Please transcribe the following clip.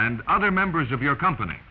and other members of your company